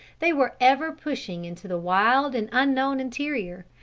they were ever pushing into the wild and unknown interior,